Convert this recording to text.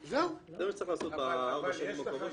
כלומר: הטוטו יחלק מתוך שורת הרווח שלו את הכספים למרכזים